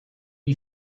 you